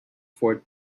for